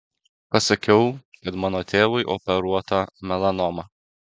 pasakiau kad mano tėvui operuota melanoma